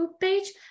page